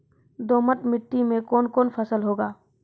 दोमट मिट्टी मे कौन कौन फसल होगा?